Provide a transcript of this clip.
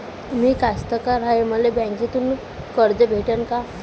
मी कास्तकार हाय, मले बँकेतून कर्ज भेटन का?